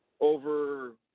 over